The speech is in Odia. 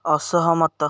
ଅସହମତ